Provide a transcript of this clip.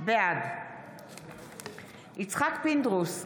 בעד יצחק פינדרוס,